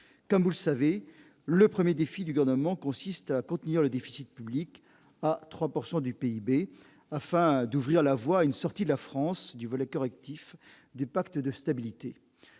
comme vous le savez, le 1er défi du garnement consiste à contenir le déficit public à 3 pourcent du du PIB afin d'ouvrir la voie à une sortie de la France du volet correctif du pacte de stabilité